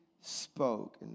spoke